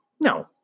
No